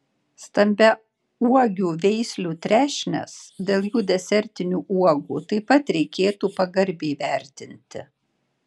stambiauogių veislių trešnes dėl jų desertinių uogų taip pat reikėtų pagarbiai vertinti